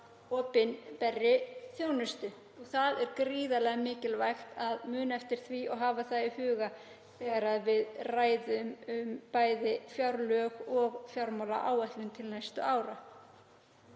opinberri þjónustu og það er gríðarlega mikilvægt að muna eftir því og hafa það í huga þegar við ræðum bæði fjárlög og fjármálaáætlun næstu ára.